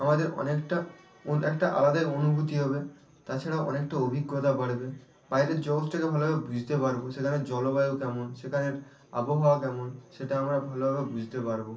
আমাদের অনেকটা উন একটা আলাদাই অনুভূতি হবে তাছাড়াও অনেকটা অভিজ্ঞতা বাড়বে বাইরের জগৎটাকে ভালোভাবে বুঝতে পারব সেখানে জলবায়ু কেমন সেখানের আবহাওয়া কেমন সেটা আমরা ভালোভাবে বুঝতে পারব